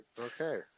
Okay